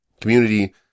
community